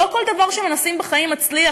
לא כל דבר שמנסים בחיים מצליח,